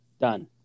done